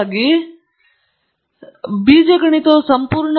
ಹಾಗಾಗಿ ನಾಲ್ಕು ಆಯಾಮದ ಹಾರ್ಮೋನಿಕ್ಸ್ನ ಬಹಳಷ್ಟು ಗುಣಗಳನ್ನು ನಾನು ಪಡೆದಿದ್ದೇನೆ